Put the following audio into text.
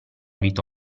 vita